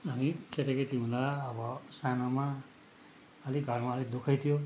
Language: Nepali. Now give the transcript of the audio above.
हामी केटाकेटी हुँदा अब सानोमा अलिक घरमा अलिक दुखै थियो